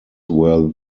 were